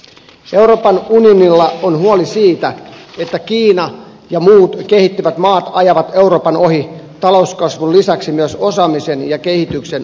euroopan unionilla on huoli siitä että kiina ja muut kehittyvät maat ajavat euroopan ohi talouskasvun lisäksi myös osaamisen ja kehityksen osalta